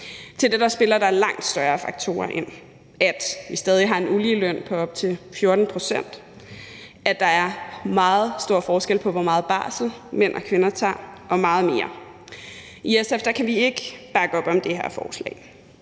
vilkår. Der spiller der langt større faktorer ind: at vi stadig har en ulighed i lønnen på op til 14 pct., at der er meget stor forskel på, hvor meget barsel mænd og kvinder tager, og meget mere. I SF kan vi ikke bakke op om det her forslag.